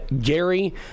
Gary